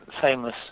famous